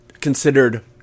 considered